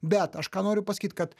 bet aš ką noriu pasakyt kad